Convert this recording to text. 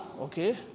okay